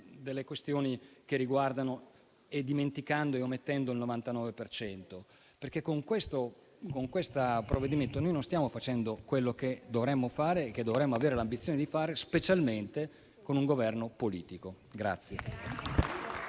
delle questioni, dimenticando e omettendo il 99 per cento. Con questo provvedimento noi non stiamo facendo quello che dovremmo fare e dovremmo avere l'ambizione di fare, specialmente con un Governo politico.